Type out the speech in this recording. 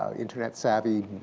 ah internet savvy,